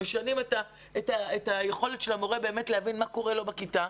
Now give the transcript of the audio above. ומשנים את היכולת של המורה באמת להבין מה קורה לו בכיתה.